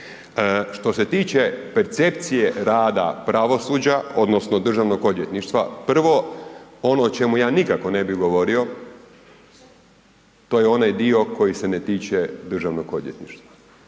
Što se tiče percepcije rada pravosuđa odnosno državnog odvjetništva, prvo ono o čemu ja nikako ne bi govorio to je onaj dio koji se ne tiče državnog odvjetništva.